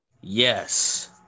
Yes